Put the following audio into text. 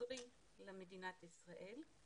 הנוצרי למדינת ישראל.